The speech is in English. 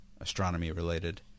astronomy-related